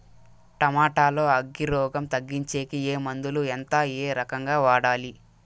Tomato లో అగ్గి రోగం తగ్గించేకి ఏ మందులు? ఎంత? ఏ రకంగా వాడాలి?